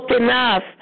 enough